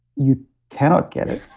you cannot get it